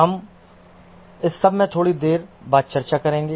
हम इस बारे में थोड़ी देर बाद चर्चा करेंगे